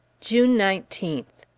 june nineteenth.